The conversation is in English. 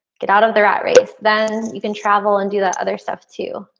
get out of the rat race, then you can travel and do that other stuff, too.